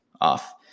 off